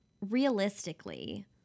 realistically